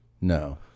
No